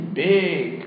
big